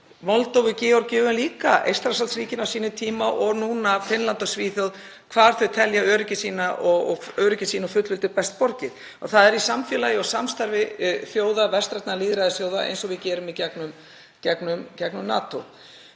Moldóvu, Georgíu, en líka Eystrasaltsríkin á sínum tíma og núna Finnland og Svíþjóð, hvar þau telja öryggi sínu og fullveldi best borgið og það er í samfélagi og samstarfi vestrænna lýðræðisþjóða eins og við gerum í gegnum NATO.